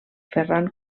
ferran